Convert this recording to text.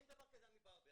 אין דבר כזה עמי ברבר.